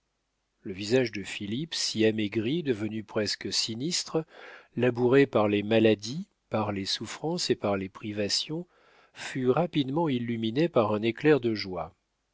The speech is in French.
le visage de philippe si amaigri devenu presque sinistre labouré par les maladies par les souffrances et par les privations fut rapidement illuminé par un éclair de joie